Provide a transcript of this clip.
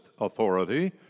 authority